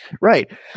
Right